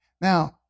Now